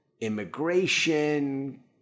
immigration